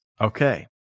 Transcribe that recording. okay